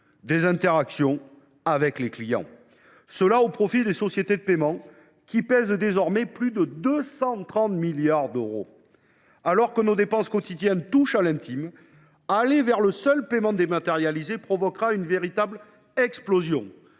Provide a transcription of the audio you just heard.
des interactions avec les clients, le tout au profit des sociétés de paiement, qui pèsent désormais plus de 230 milliards d’euros. Alors que nos dépenses quotidiennes touchent à l’intime, se diriger vers le seul paiement dématérialisé provoquerait une véritable explosion